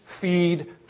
feed